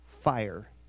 Fire